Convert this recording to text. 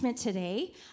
today